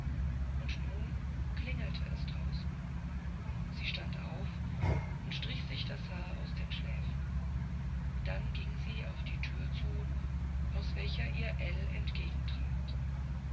und nun klingelte es draußen sie stand auf und strich sich das haar aus den schläfen dann ging sie auf die tür zu aus welcher ihr ell